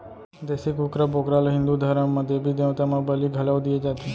देसी कुकरा, बोकरा ल हिंदू धरम म देबी देवता म बली घलौ दिये जाथे